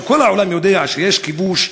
כשכל העולם יודע שיש כיבוש,